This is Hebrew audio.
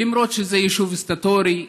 למרות שזה יישוב סטטוטורי,